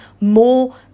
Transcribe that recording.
more